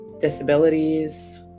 disabilities